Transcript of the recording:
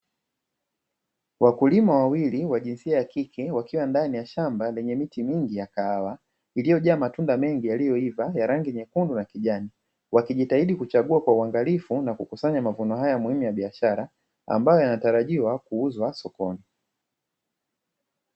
Wakulima wawili wa jinsia ya kike, wakiwa ndani ya shamba lenye miti mingi ya kahawa, iliyojaa matunda mengi yaliyoiva, ya rangi nyekundu na kijani, wakijitahidi kuchagua kwa uangalifu, na kukusanya mazao haya muhimu ya biashara, ambayo yanatarajiwa kuuzwa sokoni.